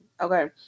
Okay